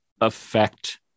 affect